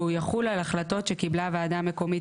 והוא יחול על החלטות שקיבלה ועדה מקומית